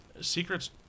Secrets